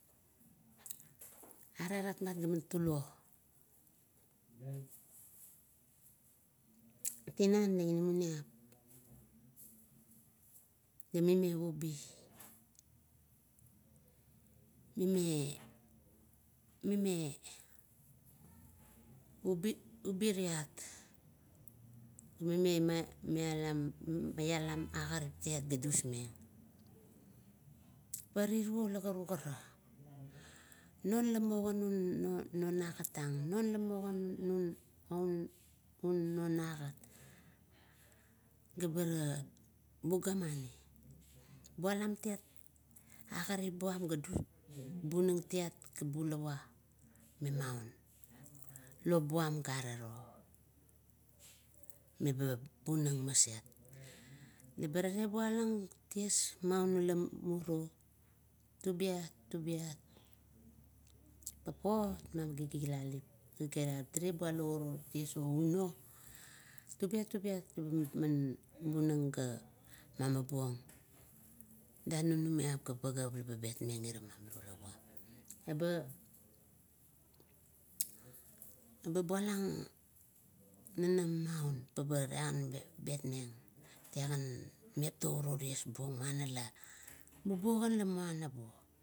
Are rapmat gaman tulo tinan la inamaniap la mime ubi, mime, mime ubi, ubi iat, ga mime malaram agarip iat ga dusmeng, pa tiro la karukara, non lamugan gan un agat tang, non la mu un non agat gabera bugamani, bulam tiat agarip buam ga dusbong gabunang tiat ga bulawa me maun, lop buam garero, meba bunang maset. Leba late bulang ties aun ula muru tubiat, tubiat papot ma gi-gilalip la bulang uro ties ouno, tubiat, tubiat baman bunang ga maguon dunununiap, ga pageap laba betmeng irama. Eba, eba bualang nanam maun pa talagan betmeng, talagan mepto uro ties buong muana bubuo ang la muana o